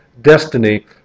destiny